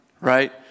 right